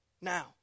Now